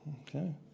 Okay